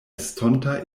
estonta